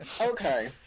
Okay